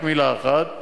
רק מלה אחת: